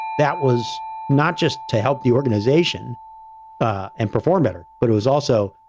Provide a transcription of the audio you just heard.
that was not just to help the organization ah and perform better, but it was also,